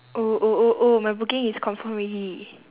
oh oh oh oh my booking is confirmed already